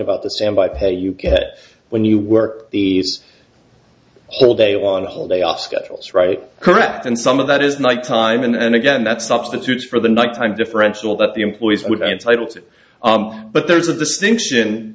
about the same buy pay you get when you work the all day on a whole day off schedules right correct and some of that is night time and again that substitutes for the night time differential that the employees would entitle to but there's a distinction